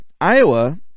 Iowa